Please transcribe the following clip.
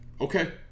okay